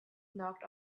knocked